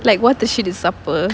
like what the shit is supper